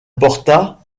porta